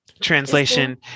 translation